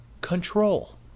control